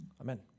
Amen